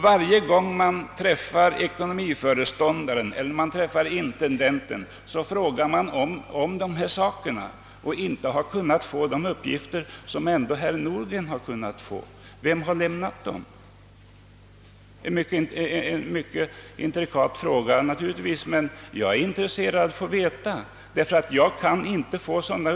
Varje gång jag träffar ekonomiföreståndaren eller intendenten frågar jag nämligen om dessa saker, men jag har inte kunnat få de upplysningar som herr Nordgren har fått. Vem har lämnat dem? Det är naturligtvis en mycket intrikat fråga, men jag är intresserad av att få veta det.